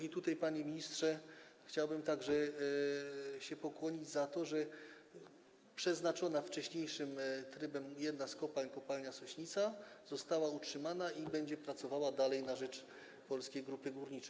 I tutaj, panie ministrze, chciałbym się także pokłonić za to, że przeznaczona wcześniejszym trybem jedna z kopalń, kopalnia Sośnica, została utrzymana i będzie pracowała dalej na rzecz Polskiej Grupy Górniczej.